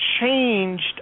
changed